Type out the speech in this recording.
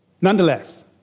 Nonetheless